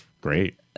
great